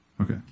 Okay